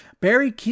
Barry